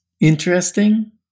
interesting